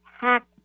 hack